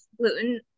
gluten